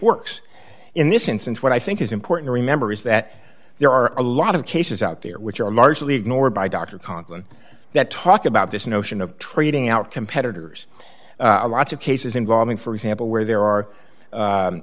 works in this instance what i think is important to remember is that there are a lot of cases out there which are largely ignored by dr conklin that talk about this notion of trading out competitors a lot of cases involving for example where there are